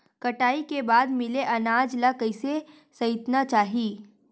कटाई के बाद मिले अनाज ला कइसे संइतना चाही?